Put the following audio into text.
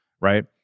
right